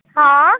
हँ